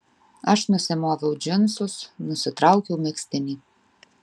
aš nusimoviau džinsus nusitraukiau megztinį